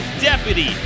Deputy